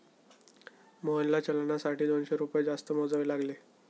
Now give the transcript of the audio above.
मोहनला चलनासाठी दोनशे रुपये जास्त मोजावे लागले